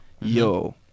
Yo